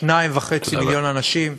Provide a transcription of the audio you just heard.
2.5 מיליון אנשים,